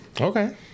Okay